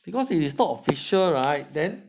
because it is not official right then